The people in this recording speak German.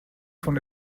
von